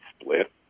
split